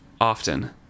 Often